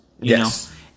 Yes